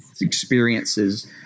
experiences